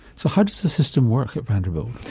so how does the system work at vanderbilt?